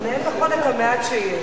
לנהל נכון את המעט שיש.